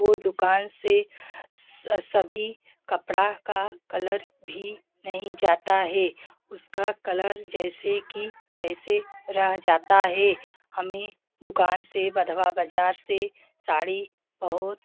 ओ दुकान से सभी कपड़ा का कलर भी नहीं जाता है उसका कलर जैसे कि तैसे रह जाता है हमें दुकान से बधवा बजार से साड़ी बहुत